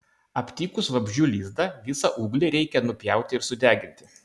aptikus vabzdžių lizdą visą ūglį reikia nupjauti ir sudeginti